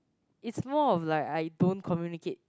is more of like I don't communicate